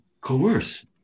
coerce